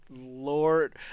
Lord